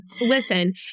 Listen